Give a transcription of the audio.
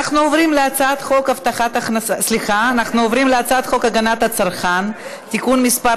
אנחנו עוברים להצעת חוק הגנת הצרכן (תיקון מס'